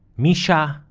misha?